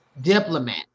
diplomat